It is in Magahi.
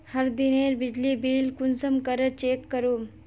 हर दिनेर बिजली बिल कुंसम करे चेक करूम?